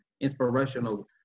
inspirational